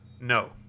no